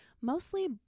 mostly